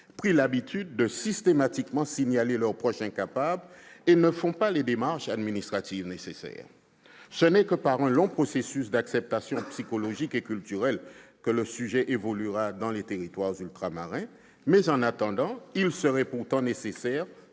pris l'habitude de systématiquement signaler leurs proches incapables ou ne font pas les démarches administratives nécessaires. Ce n'est que par un long processus d'acceptation psychologique et culturelle que ce sujet évoluera dans les territoires ultramarins, mais en attendant, il serait pourtant nécessaire